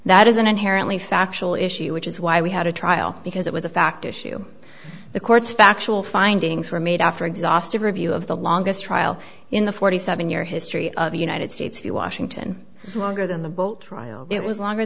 that is an inherently factual issue which is why we had a trial because it was a fact issue the court's factual findings were made after exhaustive review of the longest trial in the forty seven year history of the united states you washington longer than the bull trial it was longer